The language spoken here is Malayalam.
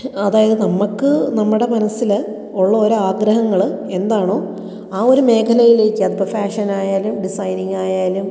അതായത് നമുക്ക് നമ്മുടെ മനസിൽ ഉള്ള ഒരു ആഗ്രഹങ്ങൾ എന്താണോ ആ ഒരു മേഖലയിലേക്ക് അതിപ്പോൾ ഫാഷൻ ആയാലും ഡിസൈനിങ് ആയാലും